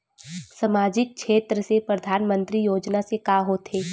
सामजिक क्षेत्र से परधानमंतरी योजना से का होथे?